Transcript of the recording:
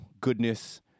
goodness